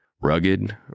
Rugged